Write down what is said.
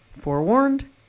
forewarned